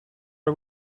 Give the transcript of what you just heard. are